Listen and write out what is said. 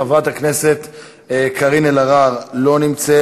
חברת הכנסת קארין אלהרר, לא נמצאת.